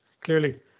clearly